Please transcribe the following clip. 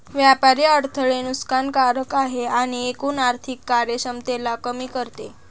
व्यापारी अडथळे नुकसान कारक आहे आणि एकूण आर्थिक कार्यक्षमतेला कमी करते